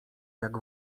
jak